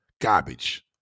Garbage